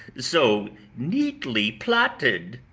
so neatly plotted,